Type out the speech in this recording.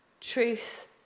truth